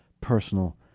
personal